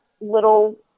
little